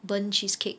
burnt cheesecake